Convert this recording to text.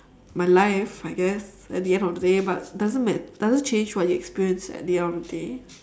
my life I guess at the end of the day but doesn't mat~ doesn't change what you experienced at the end of the day